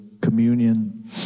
communion